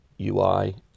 UI